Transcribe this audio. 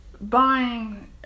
buying